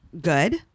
good